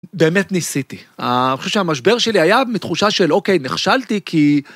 באמת ניסיתי, אני חושב שהמשבר שלי היה מתחושה של אוקיי נכשלתי כי...